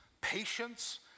patience